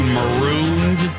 Marooned